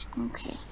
Okay